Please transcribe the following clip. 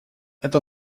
это